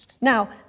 Now